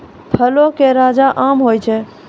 फलो के राजा आम होय छै